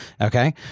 Okay